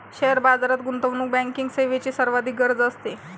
share बाजारात गुंतवणूक banking सेवेची सर्वाधिक गरज असते